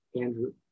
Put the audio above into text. Andrew